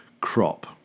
crop